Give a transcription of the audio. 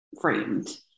framed